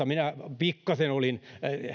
minä pikkasen olin